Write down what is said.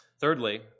Thirdly